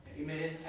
Amen